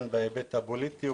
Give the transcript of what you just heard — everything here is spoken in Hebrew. הן בהיבט הפוליטי.